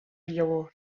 llavor